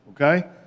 okay